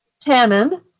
Tannin